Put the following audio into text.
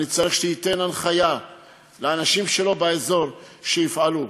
אני צריך שייתן הנחיה לאנשים שלו באזור שיפעלו.